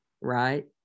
right